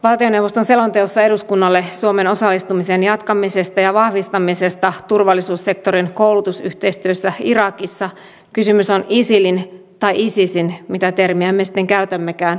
valtioneuvoston selonteossa eduskunnalle suomen osallistumisen jatkamisesta ja vahvistamisesta turvallisuussektorin koulutusyhteistyössä irakissa kysymys on isilin tai isisin mitä termiä me sitten käytämmekään vastaisesta taistelusta